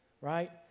right